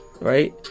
right